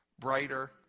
brighter